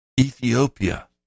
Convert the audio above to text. Ethiopia